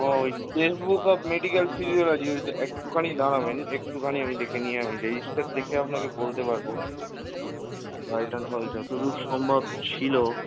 ও ওই twelve book of medical physiology ওই তো একটুখানি দাঁড়াবেন একটুখানি আমি দেখে নিয়ে আমি রেজিস্টার দেখে আপনাকে বলতে পারবো গাইটঅ্যান হল যতদূর সম্ভব ছিলো